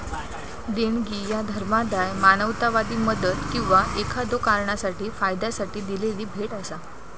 देणगी ह्या धर्मादाय, मानवतावादी मदत किंवा एखाद्यो कारणासाठी फायद्यासाठी दिलेली भेट असा